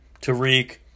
Tariq